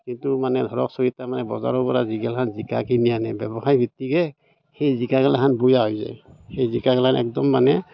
কিন্তু মানে ধৰকচোন এতিয়া মানে বজাৰৰ পৰা যিগিলাখেন জিকা কিনি আনে ব্যৱসায়ভিত্তিকহে সেই জিকাগিলাখান বেয়া হৈ যায় সেই জিকাগিলা একদম মানে